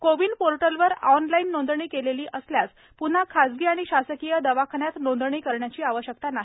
कोविन पोर्टलवर ऑनलाईन नोंदणी केलेली असल्यास प्रन्हा खाजगी आणि शासकीय दवाखान्यात नोंदणी करण्याची आवश्यकता नाही